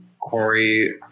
Corey